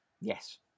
Yes